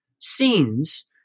scenes